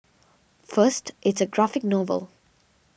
first it's a graphic novel